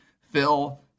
Phil